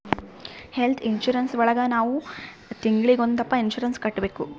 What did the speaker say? health insurance ಒಳಗ ನಾವ್ ತಿಂಗ್ಳಿಗೊಂದಪ್ಪ ಇನ್ಸೂರೆನ್ಸ್ ಕಟ್ಟ್ಬೇಕು